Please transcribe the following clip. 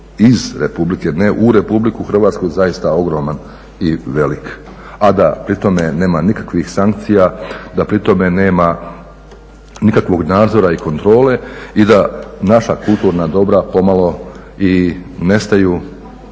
ne u RH zaista ogroman i velik, a da pri tome nema nikakvih sankcija, da pri tome nema nikakvog nadzora i kontrole i da naša kulturna dobra pomalo i nestaju